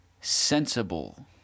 sensible